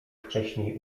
wcześniej